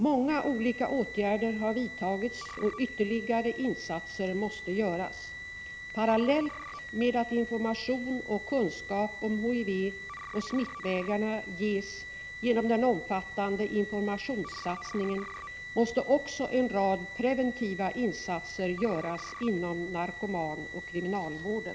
Många olika åtgärder har vidtagits, och ytterligare insatser måste göras. Parallellt med att information och kunskap om HIV och smittvägarna ges genom den omfattande informationssatsningen måste också en rad preventiva insatser göras inom narkomanoch kriminalvården.